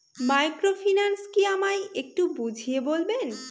Microfinance কি আমায় একটু বুঝিয়ে বলবেন?